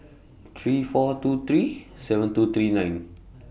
three four two three seven two three nine